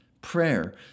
prayer